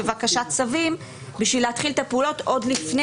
בבקשת צווים בשביל להתחיל את הפעולות עוד לפני